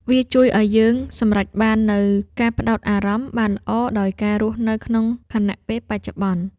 វាជួយឱ្យយើងសម្រេចបាននូវការផ្ដោតអារម្មណ៍បានល្អ ដោយការរស់នៅក្នុងខណៈពេលបច្ចុប្បន្ន។